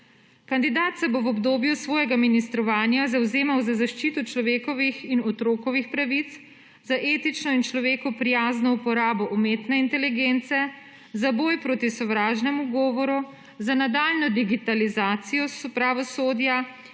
Kandidat se bo v obdobju svojega ministrovanja zavzemal za zaščito človekovih in otrokovih pravic, za etično in človeku prijazno uporabo umetne inteligence, za boj proti sovražnemu govoru, za nadaljnjo digitalizacijo pravosodja in